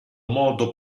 modo